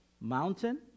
mountain